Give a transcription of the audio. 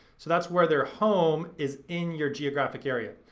so that's where their home is in your geographic area.